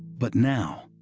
but now,